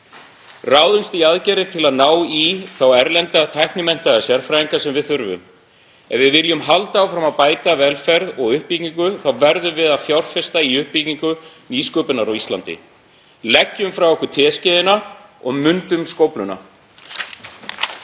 Ráðumst í aðgerðir til að ná í þá erlendu tæknimenntuðu sérfræðinga sem við þurfum. Ef við viljum halda áfram að bæta velferð og uppbyggingu verðum við að fjárfesta í uppbyggingu nýsköpunar á Íslandi. Leggjum frá okkur teskeiðina og mundum skófluna.